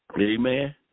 Amen